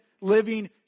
living